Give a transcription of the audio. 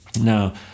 Now